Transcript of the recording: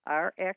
Rx